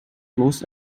bloß